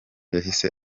yahise